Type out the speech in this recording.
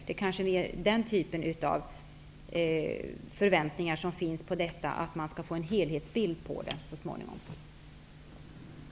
Det kanske är mer den typen av förväntningar som finns i fråga om detta, att man så småningom skall få en helhetsbild på detta.